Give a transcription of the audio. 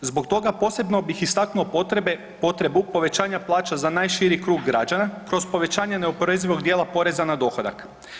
Zbog toga, posebno bih istaknuo potrebu povećanja plaća za najširi krug građana kroz povećanje neoporezivog dijela poreza na dohodak.